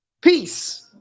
peace